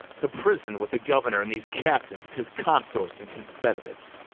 to prison with the governor and these captains, his consorts and confederates.